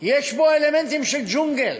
יש בו אלמנטים של ג'ונגל,